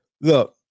look